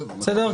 בסדר?